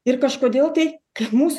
ir kažkodėl tai kad mūsų